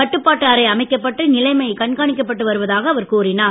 கட்டுப்பாட்டு அறை அமைக்கப்பட்டு நிலைமை கண்காணிக்கப்பட்டு வருவதாக அவர் கூறினார்